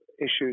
issues